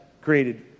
created